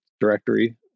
directory